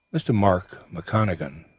mr. mark mcconachan,